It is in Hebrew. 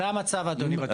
זה המצב, אדוני.